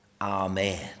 Amen